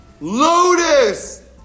Lotus